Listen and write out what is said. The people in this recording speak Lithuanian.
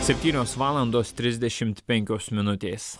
septynios valandos trisdešimt penkios minutės